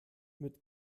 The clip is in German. mit